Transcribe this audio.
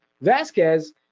Vasquez